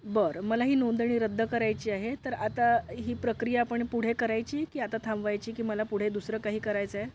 बरं मला ही नोंदणी रद्द करायची आहे तर आता ही प्रक्रिया आपण पुढे करायची की आता थांबवायची की मला पुढे दुसरं काही करायचं आहे